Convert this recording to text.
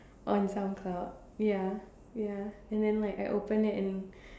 on Soundcloud ya ya and then like I open it and